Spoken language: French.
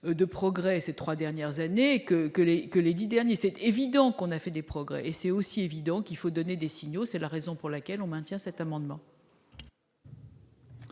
de progrès, ces 3 dernières années que que les que les 10 derniers c'était évident qu'on a fait des progrès et c'est aussi évident qu'il faut donner des signaux, c'est la raison pour laquelle on maintient cet amendement.